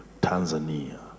Tanzania